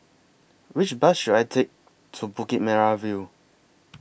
Which Bus should I Take to Bukit Merah View